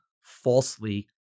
falsely